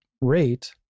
rate